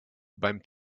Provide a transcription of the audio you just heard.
beim